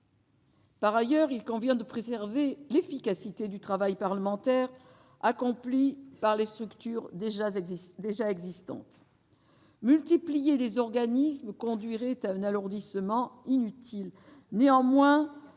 Par ailleurs, il convient de préserver l'efficacité du travail parlementaire accompli par les structures déjà existantes. Multiplier des organismes conduirait à un alourdissement inutile. Aussi,